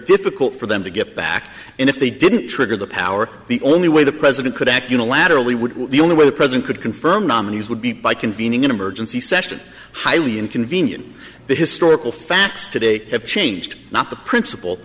difficult for them to get back in if they didn't trigger the power the only way the president could act unilaterally would the only way the president could confirm nominees would be by convening an emergency session highly inconvenient the historical facts today have changed not the princip